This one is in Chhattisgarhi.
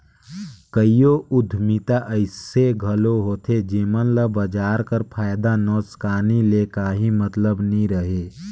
कइयो उद्यमिता अइसे घलो होथे जेमन ल बजार कर फयदा नोसकान ले काहीं मतलब नी रहें